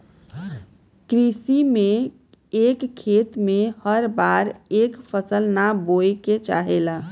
कृषि में एक खेत में हर बार एक फसल ना बोये के चाहेला